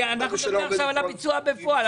אנחנו מדברים עכשיו על הביצוע בפועל.